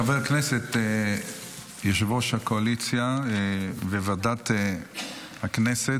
חבר הכנסת יושב-ראש הקואליציה ויו"ר ועדת הכנסת,